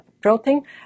protein